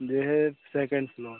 यह है second floor